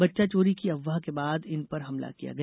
बच्चा चोरी की अफवाह के बाद इनपर हमला किया गया